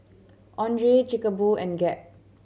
Andre Chic Boo and Gap